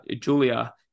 Julia